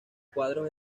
cuadros